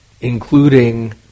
including